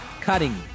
cutting